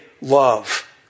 love